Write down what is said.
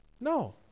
No